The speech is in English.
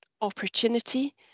opportunity